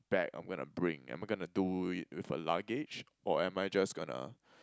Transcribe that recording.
bag I'm gonna bring am I gonna do it with a luggage or am I just gonna